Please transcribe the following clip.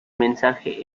mensaje